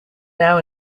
now